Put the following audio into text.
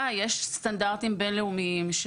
יש סטנדרטים בינלאומיים.